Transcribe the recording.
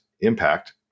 impact